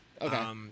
Okay